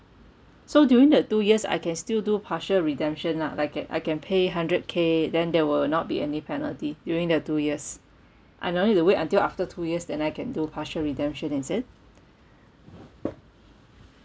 so during the two years I can still do partial redemption lah like I can pay hundred K then there will not be any penalty during the two years I don't need to wait until after two years then I can do partial redemption is it